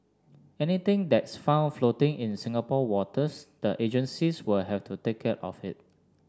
anything that's found floating in Singapore waters the agencies will have to take care of it